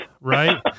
right